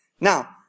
Now